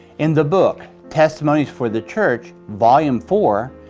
in the book testimonies for the church, volume four,